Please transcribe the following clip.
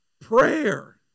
Prayer